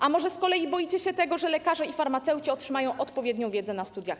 A może z kolei boicie się tego, że lekarze i farmaceuci otrzymają odpowiednią wiedzę na studiach?